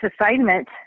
assignment